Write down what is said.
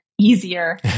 easier